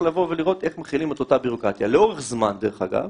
דרך אגב,